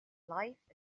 life